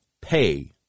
pay